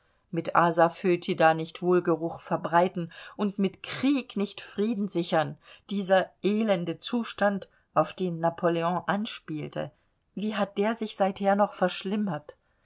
mit asafoetida nicht wohlgeruch verbreiten und mit krieg nicht frieden sichern dieser elende zustand auf den napoleon anspielte wie hat der seither sich noch verschlimmert